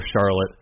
Charlotte